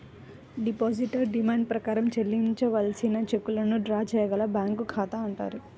depositor demand ప్రకారం చెల్లించవలసిన చెక్కులను డ్రా చేయగల బ్యాంకు ఖాతా అంటారు